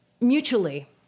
Mutually